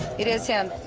it is him.